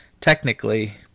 technically